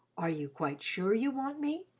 are you quite sure you want me?